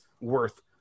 worth